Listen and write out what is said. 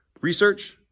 research